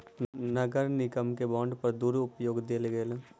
नगर निगम बांड के दुरूपयोग पर दंड देल गेल